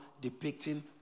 depicting